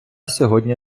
сьогодні